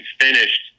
finished